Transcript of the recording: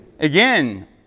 Again